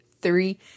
three